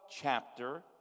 chapter